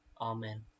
amen